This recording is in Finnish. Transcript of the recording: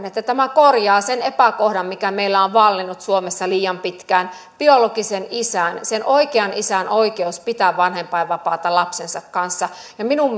että tämä korjaa sen epäkohdan mikä meillä on vallinnut suomessa liian pitkään biologisen isän sen oikean isän oikeus pitää vanhempainvapaata lapsensa kanssa minun